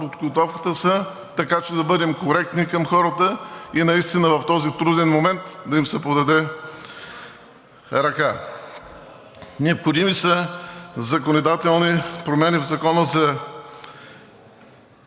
подготовката са, така че да бъдем коректни към хората и наистина в този труден момент да им се подаде ръка. Необходими са законодателни промени в Закона за